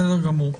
בסדר גמור.